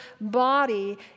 body